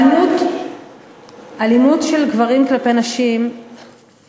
אלימות של גברים כלפי נשים מתקיימת,